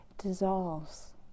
dissolves